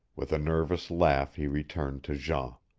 with a nervous laugh he returned to jean.